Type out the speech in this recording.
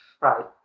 Right